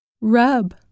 Rub